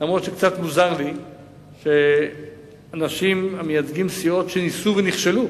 אף-על-פי שקצת מוזר לי שאנשים שמייצגים סיעות שניסו ונכשלו